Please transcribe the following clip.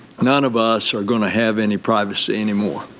none of us are going to have any privacy anymore.